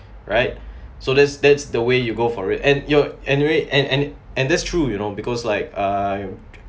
right so that's that's the way you go for it and you're anyway and and and that's true you know because like uh